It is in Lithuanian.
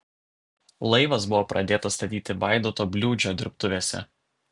laivas buvo pradėtas statyti vaidoto bliūdžio dirbtuvėse